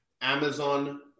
Amazon